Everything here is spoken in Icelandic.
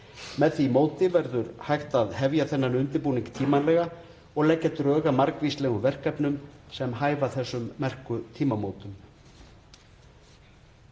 Með því móti verður hægt að hefja þennan undirbúning tímanlega og leggja drög að margvíslegum verkefnum sem hæfa þessum merku tímamótum.